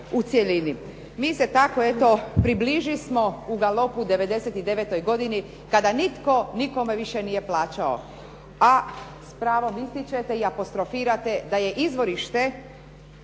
Mi se eto tako približismo u galopu 99. godini kada nitko nikome više nije plaćao a s pravom ističete i apostrofirate da je izvorište